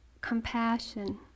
compassion